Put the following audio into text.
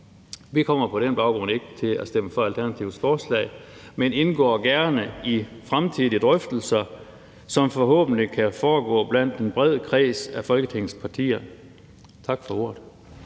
Vi kommer på den baggrund ikke til at stemme for Alternativets forslag, men indgår gerne i fremtidige drøftelser, som forhåbentlig kan foregå blandt en bred kreds af Folketingets partier. Tak for ordet.